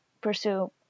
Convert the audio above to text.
pursue